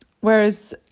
Whereas